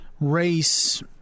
race